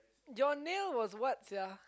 your nail was what sia